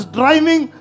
driving